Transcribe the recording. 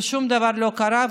ושום דבר לא קרה,